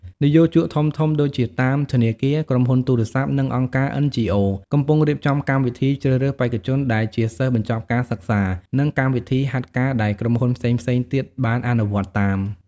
និយោជកធំៗដូចជាតាម ធនាគារ ក្រុមហ៊ុនទូរស័ព្ទ និងអង្គការ NGO កំពុងរៀបចំកម្មវិធីជ្រើសរើសបេក្ខជនដែលជាសិស្សបញ្ចប់ការសិក្សា និងកម្មវិធីហាត់ការ ដែលក្រុមហ៊ុនផ្សេងៗទៀតបានអនុវត្តតាម។